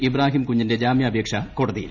ഇബ്രാഹിംകുഞ്ഞിന്റെ ജാമ്യാപേക്ഷ കോടതിയിൽ